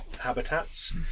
habitats